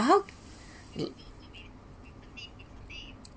how it